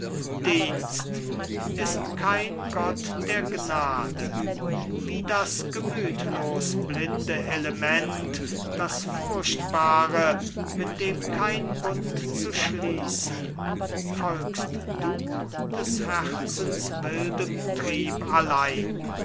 dienst ist kein gott der gnade wie das gemütlos blinde element das furchtbare mit dem kein bund zu schließen folgst du des herzens wildem trieb allein